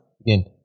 Again